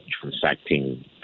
transacting